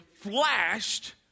flashed